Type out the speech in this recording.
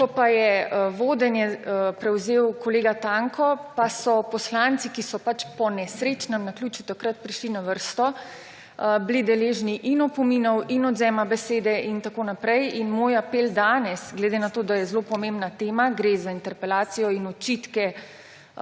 Ko je vodenje prevzel kolega Tanko, pa so bili poslanci, ki so po nesrečnem naključju takrat prišli na vrsto, deležni opominov in odvzema besede in tako naprej. Moj apel danes je – glede na to, da je zelo pomembna tema, gre za interpelacijo in očitke